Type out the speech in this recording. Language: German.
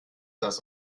das